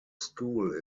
school